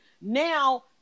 now